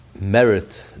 merit